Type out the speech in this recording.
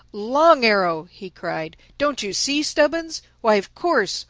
long arrow! he cried, don't you see, stubbins why, of course!